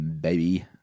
baby